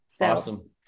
Awesome